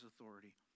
authority